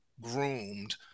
groomed